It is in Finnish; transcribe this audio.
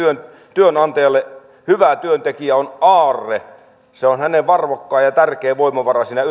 työnantajalle hyvä työntekijä on aarre se on hänen arvokkain ja tärkein voimavaransa siinä